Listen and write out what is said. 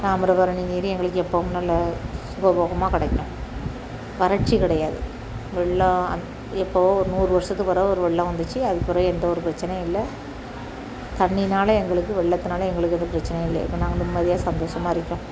தாமிரபரணி நீர் எங்களுக்கு எப்போவும் நல்லா சுகபோகமா கிடைக்கும் வறட்சி கிடையாது வெள்ளம் எப்போதோ நூறு வருஷத்துக்கு ஒரு தடவை ஒரு வெள்ளம் வந்துச்சு அதுக்குபிறகு எந்த ஒரு பிரச்சனையும் இல்லை தண்ணியால எங்களுக்கு வெள்ளத்தினால எங்களுக்கு எதுவும் பிரச்சனையே இல்லை இப்போ நாங்கள் நிம்மதியாக சந்தோஷமாக இருக்கோம்